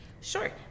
Sure